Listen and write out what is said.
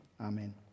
Amen